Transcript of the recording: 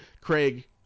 Craig